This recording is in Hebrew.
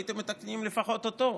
הייתם מתקנים לפחות אותו.